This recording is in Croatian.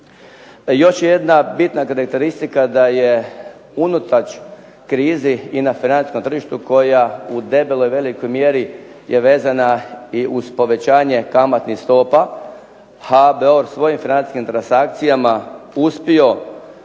Još jedna bitna karakteristika da je unatoč krizi i na financijskom tržištu koja u debeloj velikoj mjeri je vezana i uz povećanje kamatnih stopa HBOR svojim financijskim transakcijama uspio